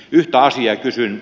yhtä asiaa kysyn